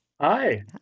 Hi